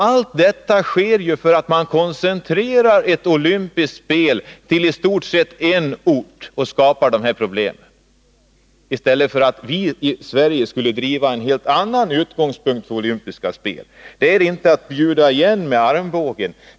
Allt detta sker på grund av att man koncentrerar olympiska spel till i stort sett en ort, i stället för att ha en helt annan utgångspunkt för anordnande av olympiska spel i Sverige. Det är inte att ”bjuda igen med armbågen”.